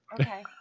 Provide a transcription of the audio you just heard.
Okay